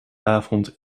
avond